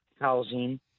housing